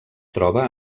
troba